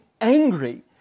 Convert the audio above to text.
angry